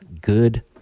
good